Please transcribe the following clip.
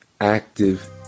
active